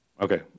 Okay